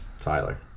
Tyler